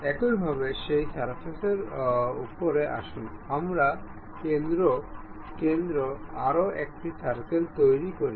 একইভাবে সেই সারফেসের উপরে আসুন আমরা কেন্দ্রে আরও একটি সার্কেল তৈরি করি